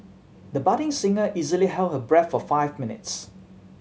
the budding singer easily held her breath for five minutes